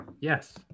yes